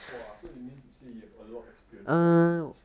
!wah! so you mean to say you have a lot of experience on this